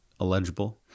illegible